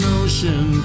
ocean